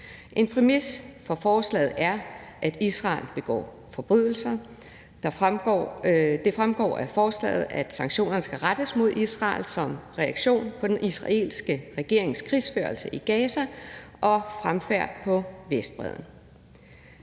En præmis for forslaget er, at Israel begår forbrydelser. Det fremgår af forslaget, at sanktionerne skal rettes mod Israel som reaktion på den israelske regerings krigsførelse i Gaza og fremfærd på Vestbredden.